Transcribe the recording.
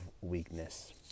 weakness